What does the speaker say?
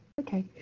okay